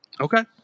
Okay